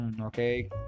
Okay